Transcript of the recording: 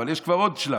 אבל יש כבר עוד שלב,